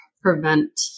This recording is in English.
prevent